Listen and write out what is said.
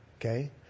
Okay